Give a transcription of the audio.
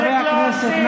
חברי הכנסת,